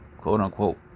quote-unquote